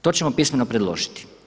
To ćemo pismeno predložiti.